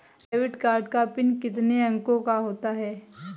Debit card का PIN कितने अंकों का होता है?